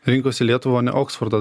rinkosi lietuvą ne oksfordą